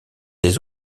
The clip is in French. des